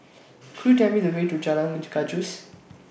Could YOU Tell Me The Way to Jalan Gajus